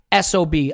SOB